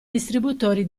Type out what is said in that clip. distributori